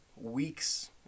weeks